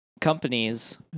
companies